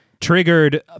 triggered